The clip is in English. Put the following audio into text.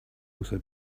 also